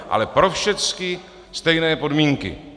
Ale pro všechny stejné podmínky.